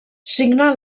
signa